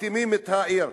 מכתימים את העיר.